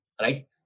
right